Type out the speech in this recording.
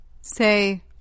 Say